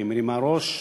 היא מרימה ראש.